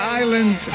islands